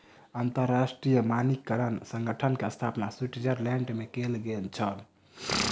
अंतरराष्ट्रीय मानकीकरण संगठन के स्थापना स्विट्ज़रलैंड में कयल गेल छल